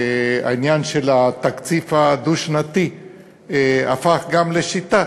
העניין של התקציב הדו-שנתי הפך גם לשיטה